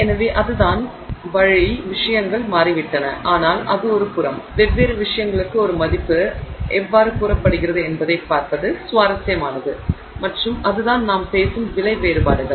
எனவே அதுதான் வழி விஷயங்கள் மாறிவிட்டன ஆனால் அது ஒரு புறம் வெவ்வேறு விஷயங்களுக்கு ஒரு மதிப்பு எவ்வாறு கூறப்படுகிறது என்பதைப் பார்ப்பது சுவாரஸ்யமானது மற்றும் அதுதான் நாம் பேசும் விலை வேறுபாடுகள்